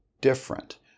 different